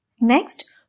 Next